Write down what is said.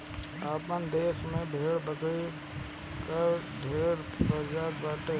आपन देस में भेड़ बकरी कअ ढेर प्रजाति बाटे